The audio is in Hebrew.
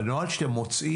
בנוהל שאתם מוצאים,